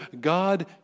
God